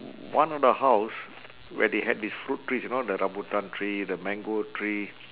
one of the house where they had these fruit trees you know the rambutan tree the mango tree